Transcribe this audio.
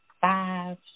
five